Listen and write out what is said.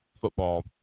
football